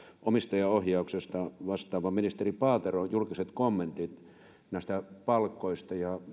omistajaohjauksesta vastaavan ministeri paateron julkiset kommentit näistä palkoista ja